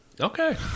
Okay